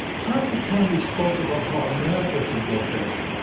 half the time we spoke about how america should get better,